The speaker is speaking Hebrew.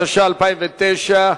התש"ע 2009?